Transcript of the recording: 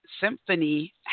symphony